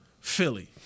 Philly